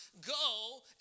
Go